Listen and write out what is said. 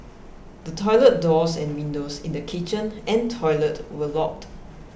the toilet doors and windows in the kitchen and toilet were locked